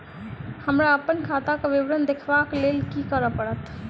हमरा अप्पन खाताक विवरण देखबा लेल की करऽ पड़त?